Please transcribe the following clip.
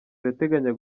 irateganya